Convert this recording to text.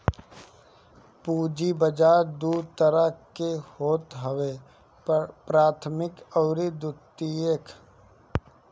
पूंजी बाजार दू तरह के होत हवे प्राथमिक अउरी द्वितीयक